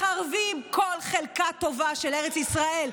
מחרבים כל חלקה טובה של ארץ ישראל,